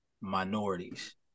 minorities